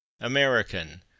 American